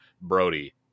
brody